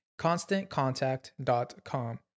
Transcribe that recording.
ConstantContact.com